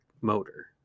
motor